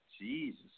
Jesus